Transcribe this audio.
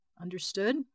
Understood